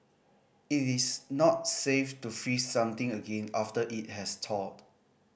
it is not safe to freeze something again after it has thawed